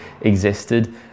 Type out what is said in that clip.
existed